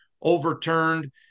overturned